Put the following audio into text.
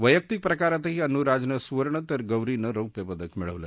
वैयक्तिक प्रकारातही अन्नू राजनं सुवर्ण तर गौरीनं रौप्य पदक मिळवलं